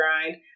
grind